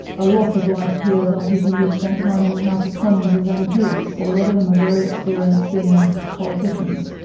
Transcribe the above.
a lot of life peers are people who have spent time in the house of commons as um mps, so a lot of them are very experienced, senior politicians,